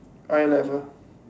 eye level